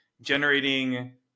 generating